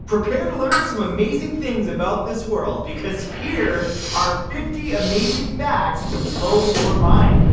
prepare to learn some amazing things about this world because here are fifty amazing facts to blow your mind.